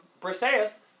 Briseis